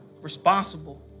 responsible